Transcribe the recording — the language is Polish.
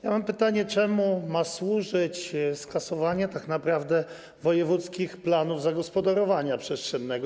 Ja mam pytanie: Czemu ma służyć skasowanie tak naprawdę wojewódzkich planów zagospodarowania przestrzennego?